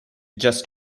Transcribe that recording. just